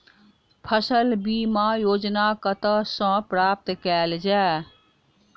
फसल बीमा योजना कतह सऽ प्राप्त कैल जाए?